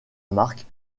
marque